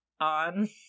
on